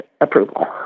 approval